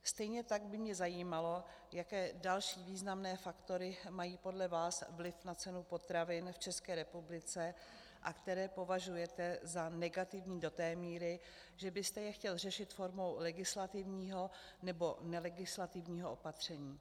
Stejně tak by mě zajímalo, jaké další významné faktory mají podle vás vliv na cenu potravin v České republice a které považujete za negativní do té míry, že byste je chtěl řešit formou legislativního nebo nelegislativního opatření.